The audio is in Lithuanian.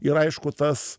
ir aišku tas